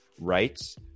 rights